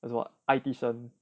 as what 爱迪生